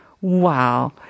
wow